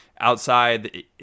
outside